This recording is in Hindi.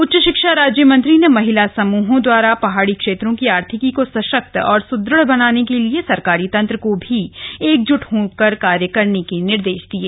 उच्च शिक्षा राज्य मंत्री ने महिला समूहों द्वारा पहाड़ी क्षेत्रों की आर्थिकी को सशक्त और सुदृढ़ बनाने के लिए सरकारी तंत्र को भी एकजुट होकर कार्य करने के निर्देश दिये